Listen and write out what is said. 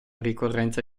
ricorrenza